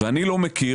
ואני לא מכיר,